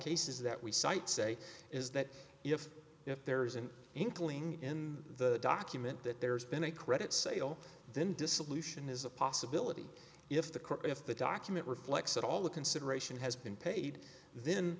cases that we cite say is that if if there is an inkling in the document that there's been a credit sale then dissolution is a possibility if the court if the document reflects at all the consideration has been paid